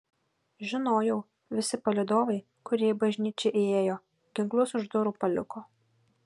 žinojau visi palydovai kurie į bažnyčią įėjo ginklus už durų paliko